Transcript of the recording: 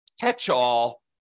catch-all